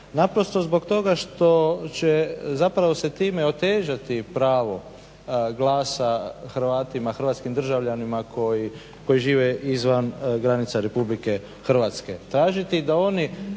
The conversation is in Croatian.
naprosto zbog toga što će zapravo se time otežati pravo glasa Hrvatima, hrvatskim državljanima koji žive izvan granica Republike Hrvatske.